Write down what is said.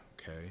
okay